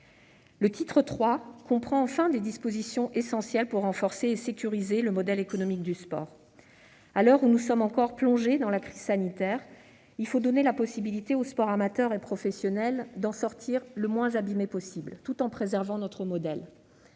Le titre III comprend enfin des dispositions essentielles pour renforcer et sécuriser le modèle économique du sport. Nous sommes encore plongés dans la crise sanitaire ; il faut donner au sport amateur et professionnel la possibilité d'en sortir le moins abîmé possible, tout en préservant notre modèle